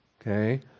okay